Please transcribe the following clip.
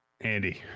Andy